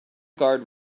guard